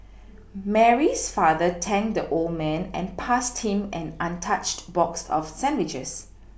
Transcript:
Mary's father thanked the old man and passed him an untouched box of sandwiches